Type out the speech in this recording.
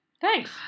Thanks